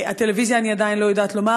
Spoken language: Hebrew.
הטלוויזיה, אני עדיין לא יודעת לומר.